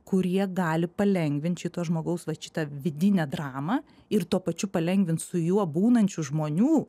kurie gali palengvint šito žmogaus vat šitą vidinę dramą ir tuo pačiu palengvint su juo būnančių žmonių